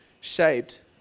shaped